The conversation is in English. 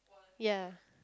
ya